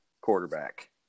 quarterback